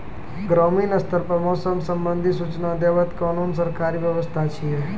ग्रामीण स्तर पर मौसम संबंधित सूचना देवाक कुनू सरकारी व्यवस्था ऐछि?